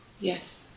Yes